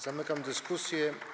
Zamykam dyskusję.